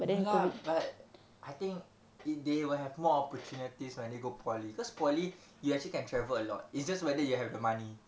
ya lah but I think they they will have more opportunities when they go poly cause poly you actually can travel a lot it's just whether you have the money